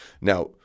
Now